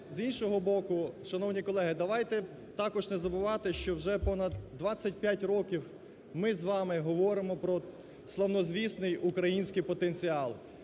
з іншого боку, шановні колеги, давайте також не забувати, що вже понад 25 років ми з вами говоримо про славнозвісний український потенціал